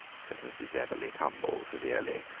said mrs. bebberly cumble severely,